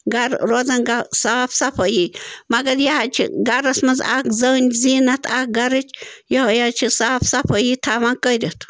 گَرٕ روزان صاف صفٲیی مگر یہِ حظ چھِ گَرَس منٛز اَکھ زٔنۍ زیٖنتھ اَکھ گَرٕچ یِہوٚے حظ چھِ صاف صفٲیی تھاوان کٔرِتھ